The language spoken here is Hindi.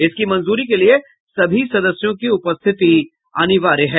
इसकी मंजूरी के लिए सभी सदस्यों की उपस्थिति अनिवार्य है